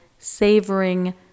savoring